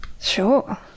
Sure